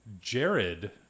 Jared